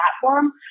platform